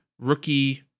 rookie